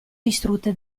distrutte